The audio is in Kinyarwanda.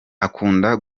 akunda